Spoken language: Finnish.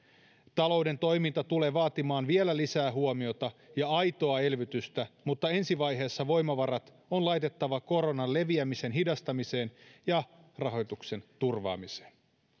talouden toiminta tulee vaatimaan vielä lisää huomiota ja aitoa elvytystä mutta ensivaiheessa voimavarat on laitettava koronan leviämisen hidastamiseen ja rahoituksen turvaamiseen